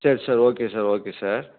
சரி sir okay sir okay sir